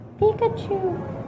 Pikachu